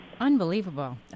Unbelievable